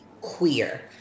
queer